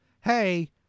hey